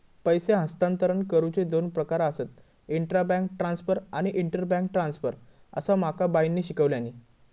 पैसे हस्तांतरण करुचे दोन प्रकार आसत, इंट्रा बैंक ट्रांसफर आणि इंटर बैंक ट्रांसफर, असा माका बाईंनी शिकवल्यानी